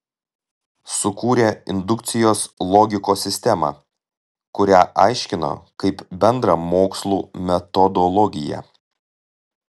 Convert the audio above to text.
sukūrė indukcijos logikos sistemą kurią aiškino kaip bendrą mokslų metodologiją